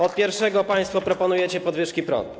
Od pierwszego państwo proponujecie podwyżki cen prądu.